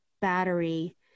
battery